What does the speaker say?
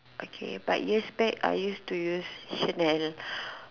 okay but years back I used to use Chanel